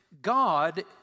God